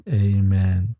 amen